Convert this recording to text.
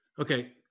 Okay